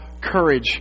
courage